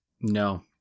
No